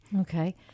Okay